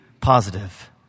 positive